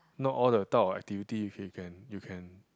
not all the thought of activity if you can you can